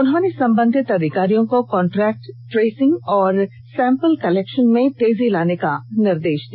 उन्होंने संबंधित अधिकारियों को कांट्रैक्ट ट्रेसिंग और सैंपल कलेक्शन में तेजी लाने का निर्देश दिया